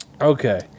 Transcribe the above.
Okay